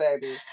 baby